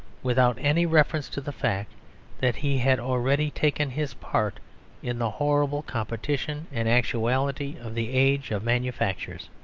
without any reference to the fact that he had already taken his part in the horrible competition and actuality of the age of manufactures.